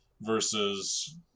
versus